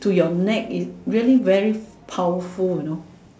to your neck its really very powerful you know